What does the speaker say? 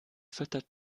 füttert